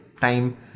time